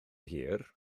hir